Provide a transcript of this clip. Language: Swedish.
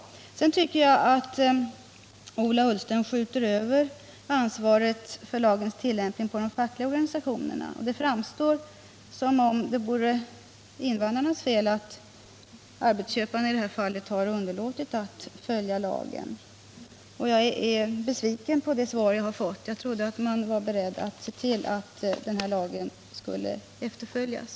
Sedan tycker jag att Ola Ullsten skjuter över ansvaret för lagens tilllämpning på de fackliga organisationerna. I svaret framstod det som om det vore invandrarnas fel att arbetsköparna i det här fallet har underlåtit att följa lagen. Jag är besviken på det svar jag har fått; jag hade trott att man var beredd att se till att lagen skulle efterföljas.